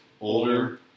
older